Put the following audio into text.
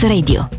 Radio